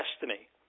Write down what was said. destiny